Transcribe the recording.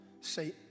say